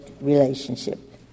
relationship